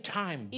time